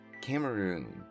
cameroon